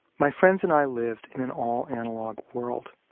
my friends and i lived in an all-analog world.